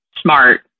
smart